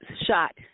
shot